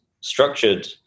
structured